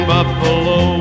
Buffalo